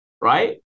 right